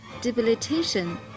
debilitation